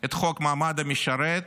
את חוק מעמד המשרת.